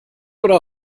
oder